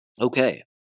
Okay